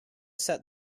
set